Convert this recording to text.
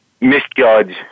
misjudge